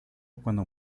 cuando